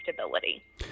stability